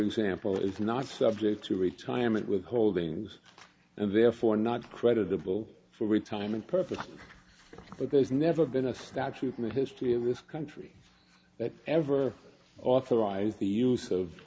example is not subject to retirement with holdings and therefore not creditable for retirement purposes but there's never been a statute in the history of this country that ever authorized the use of